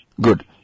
good